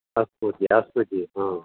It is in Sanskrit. अस्तु जि अस्तु जि हा